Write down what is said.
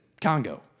Congo